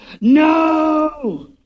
No